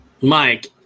Mike